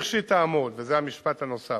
לכשתעמוד, וזה המשפט הנוסף,